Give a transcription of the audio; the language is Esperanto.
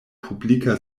publika